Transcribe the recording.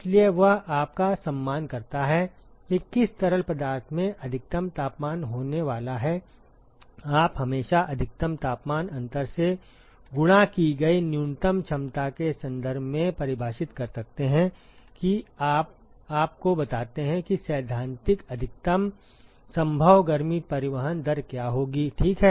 इसलिए वह आपका सम्मान करता है कि किस तरल पदार्थ में अधिकतम तापमान होने वाला है आप हमेशा अधिकतम तापमान अंतर से गुणा की गई न्यूनतम क्षमता के संदर्भ में परिभाषित कर सकते हैं कि आप आपको बताते हैं कि सैद्धांतिक अधिकतम संभव गर्मी परिवहन दर क्या होगी ठीक है